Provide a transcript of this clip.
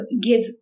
give